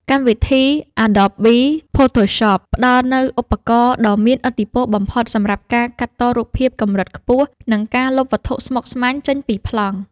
កម្មវិធី អាដបប៊ី ផូថូសប ផ្ដល់នូវឧបករណ៍ដ៏មានឥទ្ធិពលបំផុតសម្រាប់ការកាត់តរូបភាពកម្រិតខ្ពស់ និងការលុបវត្ថុស្មុគស្មាញចេញពីប្លង់។